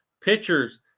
pitchers